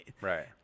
right